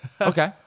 Okay